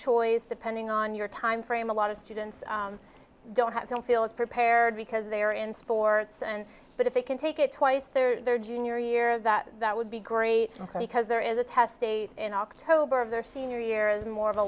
choice depending on your timeframe a lot of students don't have don't feel as prepared because they are in sports and but if they can take it twice their junior year that that would be great because there is a test day in october of their senior year is more of a